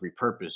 repurposed